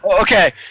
Okay